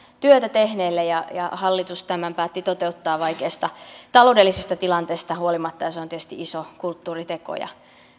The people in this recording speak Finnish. työtä tehneille ja ja hallitus tämän päätti toteuttaa vaikeasta taloudellisesta tilanteesta huolimatta ja se on tietysti iso kulttuuriteko ja